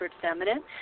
Feminine